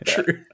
True